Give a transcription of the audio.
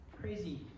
crazy